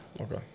Okay